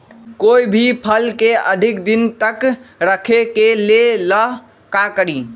कोई भी फल के अधिक दिन तक रखे के ले ल का करी?